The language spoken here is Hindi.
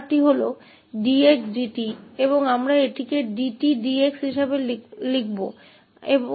तो आदेश d𝑥 d𝑡 है और अब हम इसे d𝑡 d𝑥 के रूप में फिर से लिखेंगे